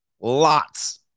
Lots